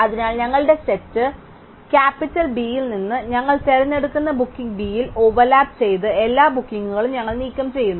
അതിനാൽ ഞങ്ങളുടെ set capital B യിൽ നിന്ന് ഞങ്ങൾ തിരഞ്ഞെടുക്കുന്ന ബുക്കിംഗ് b യിൽ ഓവർലാപ്പ് ചെയ്ത എല്ലാ ബുക്കിംഗുകളും ഞങ്ങൾ നീക്കംചെയ്യുന്നു